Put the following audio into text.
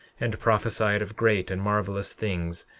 and prophesied of great and marvelous things,